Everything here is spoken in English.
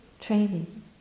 training